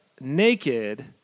naked